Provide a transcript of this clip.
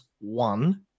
one